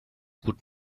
would